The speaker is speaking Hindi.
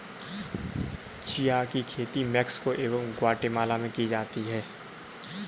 चिया की खेती मैक्सिको एवं ग्वाटेमाला में की जाती है